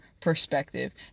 perspective